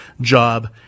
job